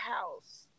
house